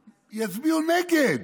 הם יצביעו נגד.